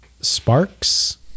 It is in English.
sparks